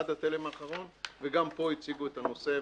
עד התלם האחרון, וגם פה הציגו את הנושא.